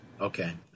Okay